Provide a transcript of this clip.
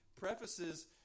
prefaces